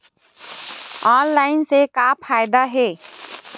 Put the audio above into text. Online से का फ़ायदा हे?